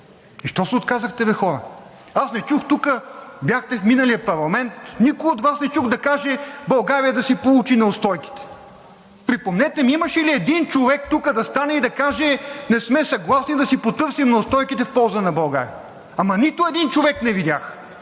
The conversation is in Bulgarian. И защо се отказахте бе, хора? Аз не чух, бяхте в миналия парламент, никой от Вас не чух да каже България да си получи неустойките. Припомнете ми имаше ли един човек тук да стане и да каже: не сме съгласни, да си потърсим неустойките в полза на България! Нито един човек не видях,